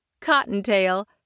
cottontail